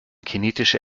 kinetische